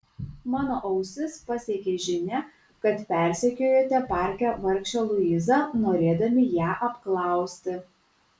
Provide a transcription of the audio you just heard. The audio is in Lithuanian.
mano ausis pasiekė žinia kad persekiojote parke vargšę luizą norėdami ją apklausti